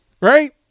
Right